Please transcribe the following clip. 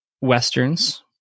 Westerns